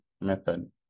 method